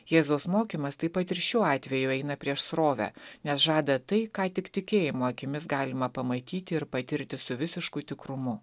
jėzaus mokymas taip pat ir šiuo atveju eina prieš srovę nes žada tai ką tik tikėjimo akimis galima pamatyti ir patirti su visišku tikrumu